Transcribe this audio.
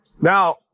now